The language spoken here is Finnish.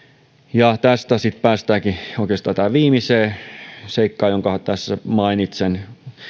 tästä sitten päästäänkin oikeastaan tähän viimeiseen seikkaan jonka tässä mainitsen